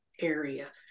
area